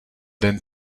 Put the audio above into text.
den